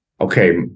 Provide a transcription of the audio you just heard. okay